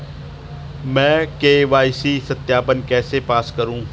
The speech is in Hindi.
मैं के.वाई.सी सत्यापन कैसे पास करूँ?